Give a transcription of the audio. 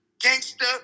gangster